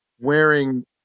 wearing